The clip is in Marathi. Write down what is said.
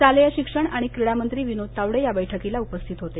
शालेय शिक्षण आणि क्रीडा मंत्री विनोद तावडे या बैठकीला उपस्थित होते